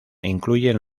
incluyen